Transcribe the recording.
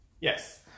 Yes